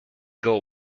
goal